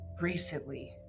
recently